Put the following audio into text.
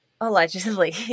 allegedly